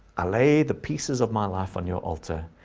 i lay the pieces of my life on your altar,